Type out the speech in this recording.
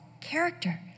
character